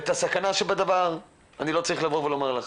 את הסכנה שבדבר אני לא צריך לבוא ולומר לך.